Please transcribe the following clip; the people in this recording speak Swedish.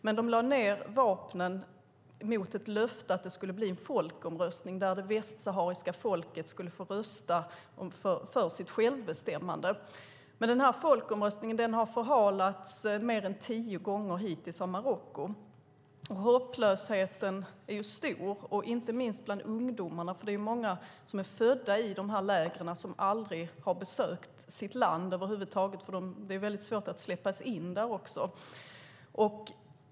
Men de lade ned vapnen mot ett löfte att det skulle bli en folkomröstning, där det västsahariska folket skulle få rösta för sitt självbestämmande. Men folkomröstningen har förhalats mer än tio gånger hittills av Marocko. Hopplösheten är stor, inte minst bland ungdomarna. Många som är födda i lägren har aldrig besökt sitt land över huvud taget; det är väldigt svårt att få släppas in där.